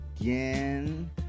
again